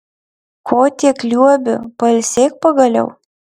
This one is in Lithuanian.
ko tiek liuobi pailsėk pagaliau